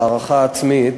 את ההערכה העצמית,